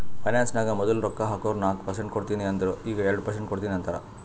finance ನಾಗ್ ಮದುಲ್ ರೊಕ್ಕಾ ಹಾಕುರ್ ನಾಕ್ ಪರ್ಸೆಂಟ್ ಕೊಡ್ತೀನಿ ಅಂದಿರು ಈಗ್ ಎರಡು ಪರ್ಸೆಂಟ್ ಕೊಡ್ತೀನಿ ಅಂತಾರ್